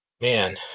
man